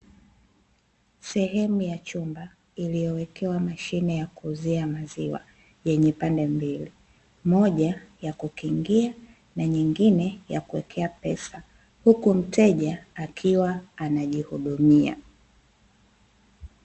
Sehemu ya chumba iliyowekewa mashine ya kuuzia maziwa, yenye pande mbili: moja ya kukingia na nyingine ya kuwekea pesa, huku mteja akiwa anajihudumia.